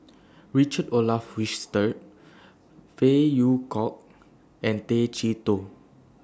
Richard Olaf Winstedt Phey Yew Kok and Tay Chee Toh